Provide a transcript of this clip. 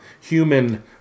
human